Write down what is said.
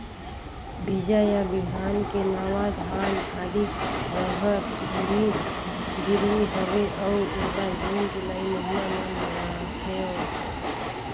बीजा या बिहान के नवा धान, आदी, रहर, उरीद गिरवी हवे अउ एला जून जुलाई महीना म लगाथेव?